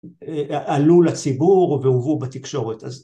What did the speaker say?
‫עלו לציבור והובאו בתקשורת הזאת.